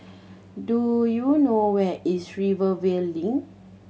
do you know where is Rivervale Link